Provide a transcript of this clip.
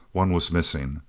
one was missing!